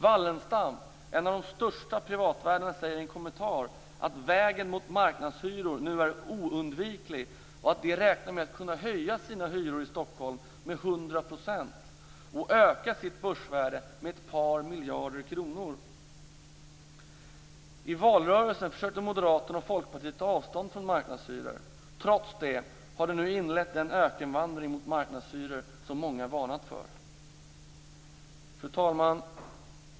Wallenstam, en av de största privatvärdarna, säger i en kommentar att vägen mot marknadshyror nu är oundviklig och att de räknar med att kunna höja sina hyror i Stockholm med 100 % och öka sitt börsvärde med ett par miljarder kronor. I valrörelsen försökte Moderaterna och Folkpartiet ta avstånd från marknadshyror, men trots det har de nu inlett den ökenvandring mot marknadshyror som många varnat för. Fru talman!